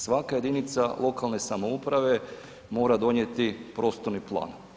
Svaka jedinica lokalne samouprave mora donijeti prostorni plan.